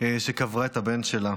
שקברה את הבן שלה,